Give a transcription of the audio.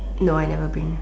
no I never bring